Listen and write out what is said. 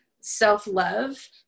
self-love